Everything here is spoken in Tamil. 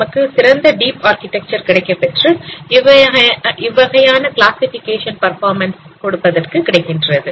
நமக்கு சிறந்த டீப் ஆர்கிடெக்சர் கிடைக்கப்பெற்று இவ்வகையான கிளாசிஃபிகேஷன் பர்பாமன்ஸ் கொடுப்பதற்கு கிடைக்கின்றது